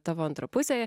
tavo antra pusė